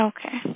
Okay